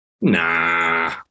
nah